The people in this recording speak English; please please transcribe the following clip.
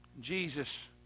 Jesus